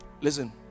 Listen